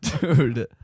dude